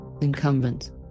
Incumbent